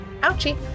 Ouchie